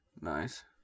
Nice